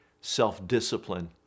self-discipline